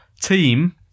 ...team